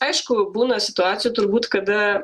aišku būna situacijų turbūt kada